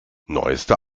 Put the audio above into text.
neueste